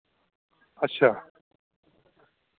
अच्छा